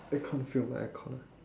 I can't feel my aircon ah